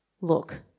Look